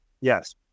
Yes